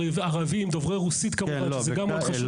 כלומר רובוט וירטואלי שסורק את הרשת ומוצא תורים